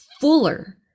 fuller